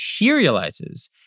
materializes